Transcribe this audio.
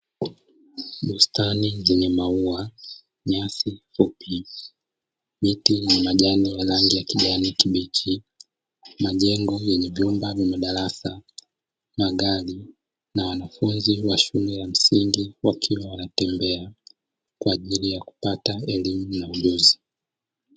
Bustani yenye maua, nyasi fupi, miti yenye majani ya rangi ya kijani kibichi, majengo yenye vyumba vya madarasa, magari na wanafunzi wa shule ya msingi wakiwa wanatembea kwa ajili ya kupata elimu na ujuzi.